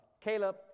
Caleb